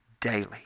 daily